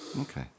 Okay